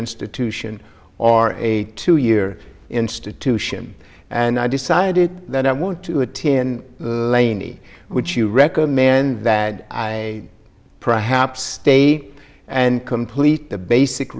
institution or a two year institution and i decided that i want to a tin lanie would you recommend that i perhaps state and complete the basic